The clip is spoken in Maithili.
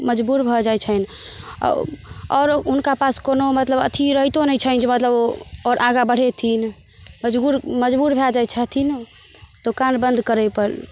मजबुर भऽ जाइत छैन अ आओर हुनका पास कोनो मतलब अथी रहितो नहि छैन जे मतलब ओ आओर आगा बढ़ेथिन मजबुर मजबुर भए जाइत छथिन दोकान बन्द करै पर